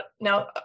now